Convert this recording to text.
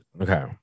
okay